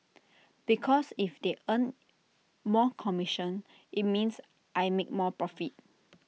because if they earn more commission IT means I make more profit